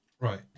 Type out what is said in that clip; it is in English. Right